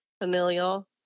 familial